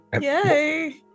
Yay